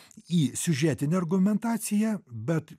į siužetinę argumentaciją bet